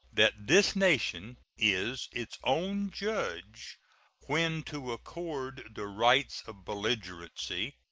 that this nation is its own judge when to accord the rights of belligerency,